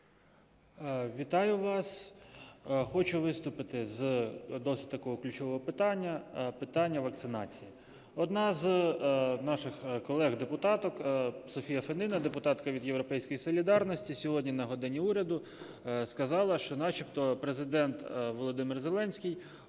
Вітаю вас. Хочу виступити з досить такого ключового питання, питання вакцинації. Одна з наших колег-депутаток Софія Федина, депутатка від "Європейської солідарності" сьогодні на годині уряду сказала, що начебто Президент Володимир Зеленський